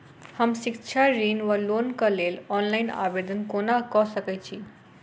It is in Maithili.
हम शिक्षा ऋण वा लोनक लेल ऑनलाइन आवेदन कोना कऽ सकैत छी?